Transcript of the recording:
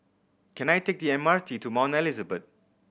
can I take the M R T to Mount Elizabeth